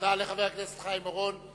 תודה לחבר הכנסת חיים אורון.